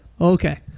okay